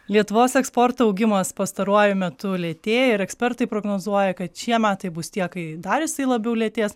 lietuvos eksporto augimas pastaruoju metu lėtėja ir ekspertai prognozuoja kad šie metai bus tie kai dar jisai labiau lėtės